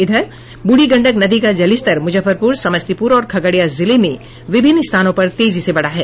इधर बूढ़ी गंडक नदी का जलस्तर मूजफ्फरपूर समस्तीपूर और खगड़िया जिले में विभिन्न स्थानों पर तेजी से बढ़ा है